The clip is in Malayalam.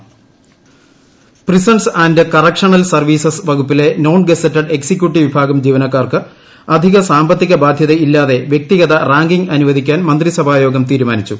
മന്ത്രിസഭായോഗം പ്രിസൺസ് ആന്റ് ക്കറക്ഷണൽ സർവ്വീസസ് വകുപ്പിലെ നോൺ ഗസ്റ്റഡ് ് എക്സിക്യൂട്ടീവ് വിഭാഗം ജീവനക്കാർക്ക് അധിക സാമ്പത്തിക ബാധ്യതയില്ലാതെ വൃക്തിഗത റാങ്കിംഗ് അനുവദിക്കാൻ മന്ത്രിസഭായോഗം തീരുമാനിച്ചു